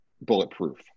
bulletproof